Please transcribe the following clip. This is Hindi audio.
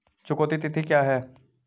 चुकौती तिथि क्या है?